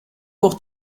pour